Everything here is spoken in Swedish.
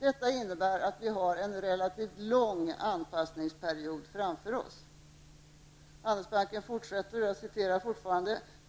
Detta innebär att vi har en relativt lång anpassningsperiod framför oss.'' Handelsbanken fortsätter: